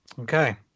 Okay